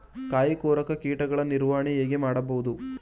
ಕಾಯಿ ಕೊರಕ ಕೀಟಗಳ ನಿರ್ವಹಣೆ ಹೇಗೆ ಮಾಡಬಹುದು?